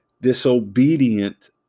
disobedient